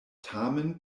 tamen